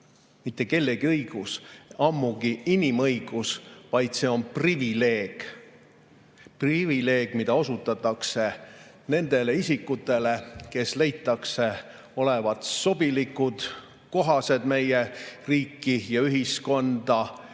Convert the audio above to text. mitte kellegi õigus, ammugi mitte inimõigus, vaid see on privileeg. Privileeg, mida [võimaldatakse] nendele isikutele, kes leitakse olevat sobilikud, kohased meie riigis ja ühiskonnas ja kes